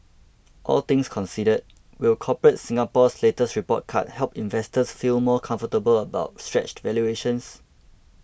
all things considered will Corporate Singapore's latest report card help investors feel more comfortable about stretched valuations